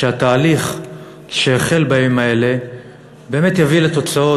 שהתהליך שהחל בימים האלה באמת יביא לתוצאות,